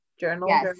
journal